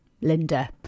linda